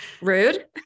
rude